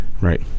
Right